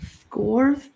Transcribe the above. Scores